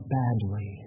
badly